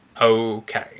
Okay